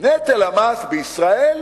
נטל המס בישראל